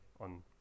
on